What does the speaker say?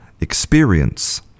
experience